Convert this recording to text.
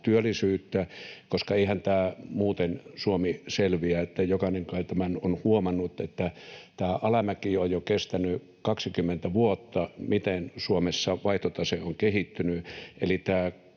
työllisyyttä, koska eihän muuten Suomi selviä. Jokainen kai tämän on huomannut, että tämä alamäki on jo kestänyt 20 vuotta, miten Suomessa vaihtotase on kehittynyt.